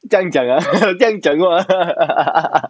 这样讲 ah 这样讲我 ah